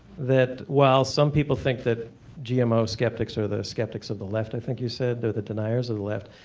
that while some people think that gmo skeptics are the skeptics of the left i think you said they are the deniers of the left,